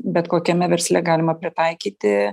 bet kokiame versle galima pritaikyti